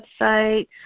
website